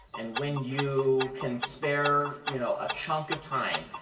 and when you can spare you know a chunk of time.